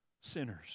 sinners